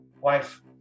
wife